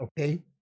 okay